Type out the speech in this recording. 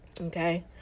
okay